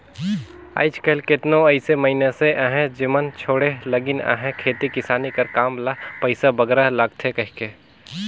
आएज काएल केतनो अइसे मइनसे अहें जेमन छोंड़े लगिन अहें खेती किसानी कर काम ल पइसा बगरा लागथे कहिके